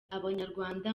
abanyarwanda